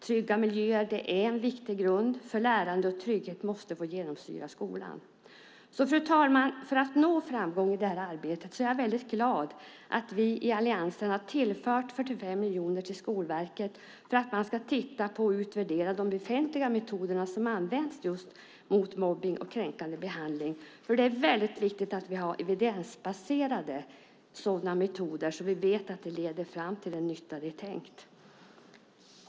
Trygga miljöer är en viktig grund för lärande. Trygghet måste få genomsyra skolan. Fru talman! När det gäller att nå framgång i det här arbetet är jag väldigt glad att vi i alliansen har tillfört 45 miljoner till Skolverket för att man ska titta på och utvärdera de befintliga metoder som används just mot mobbning och kränkande behandling. Det är nämligen väldigt viktigt att vi har evidensbaserade sådana metoder, så att vi vet att de leder fram till den nytta som det är tänkt.